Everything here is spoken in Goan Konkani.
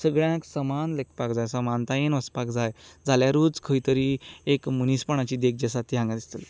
सगळ्यांक समान लेखपाक जाय समानतायेन वचपाक जाय जाल्यारूच खंय तरी एक मनीसपणाची देख जी आसा ती हांगा दिसतली